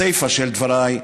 הסיפא של דבריי: